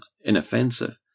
inoffensive